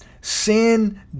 Sin